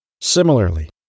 Similarly